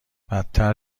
بدتر